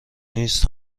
نیست